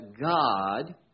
God